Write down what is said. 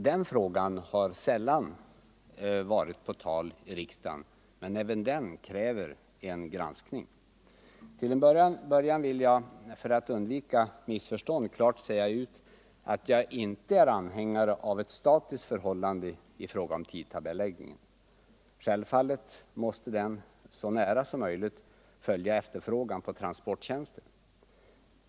Den frågan har sällan varit på tal i riksdagen. Men även den kräver en granskning. Till en början vill jag — för att undvika missförstånd — klart säga ut att jag inte är anhängare av ett statiskt förhållande i fråga om tidtabelläggningen. Självfallet måste den så nära som möjligt följa efterfrågan på transportstjänster.